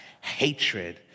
hatred